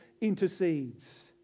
intercedes